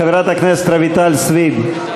חברת הכנסת רויטל סויד,